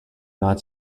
not